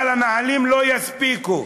אבל הנהלים לא יספיקו.